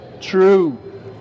true